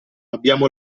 abbiamo